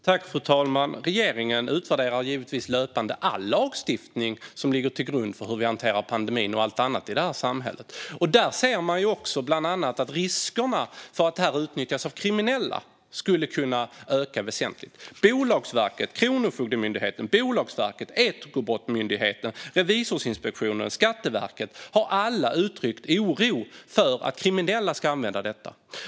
Fru talman! Regeringen utvärderar givetvis löpande all lagstiftning som ligger till grund för hur vi hanterar pandemin och allt annat i samhället. Man ser även bland annat att riskerna för att detta utnyttjas av kriminella skulle kunna öka väsentligt. Bolagsverket, Kronofogdemyndigheten, Ekobrottsmyndigheten, Revisorsinspektionen och Skatteverket har uttryckt oro för att kriminella ska använda detta.